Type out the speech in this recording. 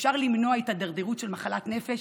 אפשר למנוע את ההידרדרות של מחלת נפש